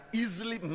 easily